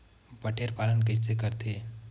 बटेर पालन कइसे करथे?